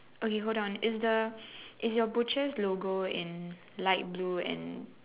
okay hold on is the is your butcher's logo in light blue and